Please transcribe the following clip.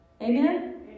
Amen